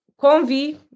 Convi